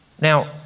now